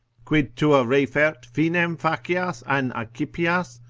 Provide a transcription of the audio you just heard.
quid tua refert finem facias an accipias?